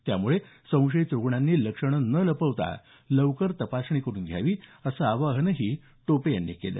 त्यामुळे संशयित रुग्णांनी लक्षणं न लपवता लवकर तपासणी करुन घ्यावी असं आवाहनही टोपे यांनी केलं